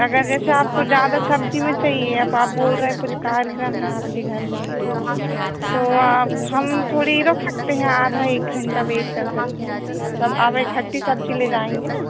अगर जैसे आपको ज़्यादा सब्जी में चाहिए अब आप बोल रहे कुछ कार्यक्रम है आपके घर पे तो हम थोड़ी रुक सकते हैं आधा एक घंटा वेट कर सकते हैं आपका आप इकठ्ठी सब्जी ले जाएँगे ना